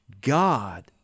God